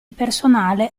personale